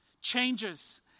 changes